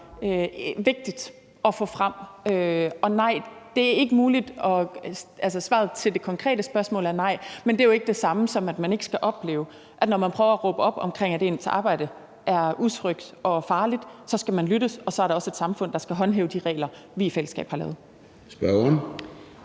vigtigt at få frem. Og nej, det er ikke muligt – altså, svaret på det konkrete spørgsmål er nej. Men det er jo ikke det samme som at sige, at man ikke skal opleve, at man, når man prøver at råbe op om, at ens arbejde er utrygt og farligt, bliver lyttet til, og så er der også et samfund, der skal håndhæve de regler, vi i fællesskab har lavet.